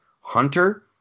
Hunter